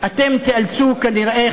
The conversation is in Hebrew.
אתם תיאלצו כנראה,